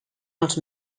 els